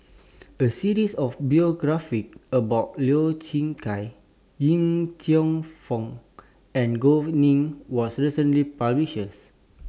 A series of biographies about Lau Chiap Khai Yip Cheong Fun and Gao Ning was recently published